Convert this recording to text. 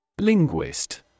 Linguist